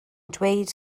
dweud